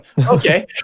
okay